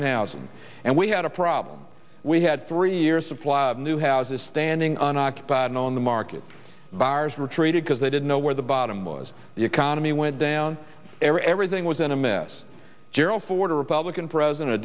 in housing and we had a problem we had three years supply of new houses standing on occupied on the market buyers were traded because they didn't know where the bottom was the economy went down everything was in a mess gerald ford a republican president a